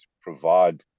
provide